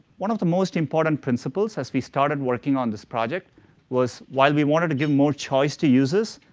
one of the most important principles as we started working on this project was while we wanted to give more choice to users,